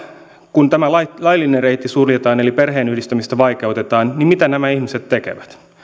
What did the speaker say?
kun tämä laillinen reitti suljetaan eli perheenyhdistämistä vaikeutetaan niin mitä nämä ihmiset tekevät